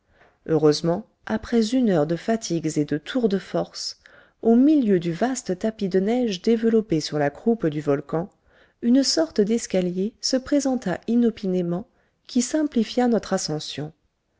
heureusement après une heure de fatigues et de tours de force au milieu du vaste tapis de neige développé sur la croupe du volcan une sorte d'escalier se présenta inopinément qui simplifia notre ascension